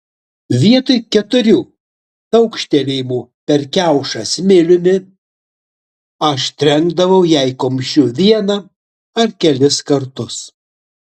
vietoj keturių taukštelėjimų per kiaušą smiliumi aš trenkdavau jai kumščiu vieną ar kelis kartus